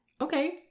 Okay